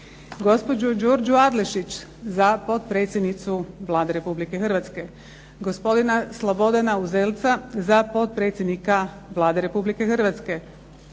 Gospođu ĐURĐU ADLEŠIĆ za potpredsjednicu Vlade Republike Hrvatske, Gospoda SLOBODANA UZELACA za potpredsjednika Vlade Republike Hrvatske,